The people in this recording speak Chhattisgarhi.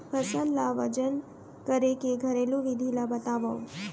फसल ला वजन करे के घरेलू विधि ला बतावव?